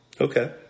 okay